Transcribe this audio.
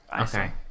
Okay